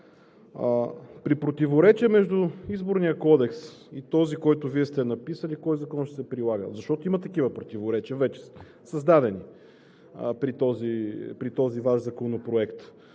при противоречие между Изборния кодекс и този, който Вие сте написали, кой закон ще се прилага? Защото има такива противоречия, вече създадени, при този Ваш законопроект.